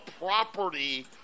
property